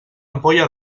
ampolla